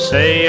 Say